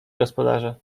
gospodarze